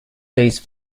these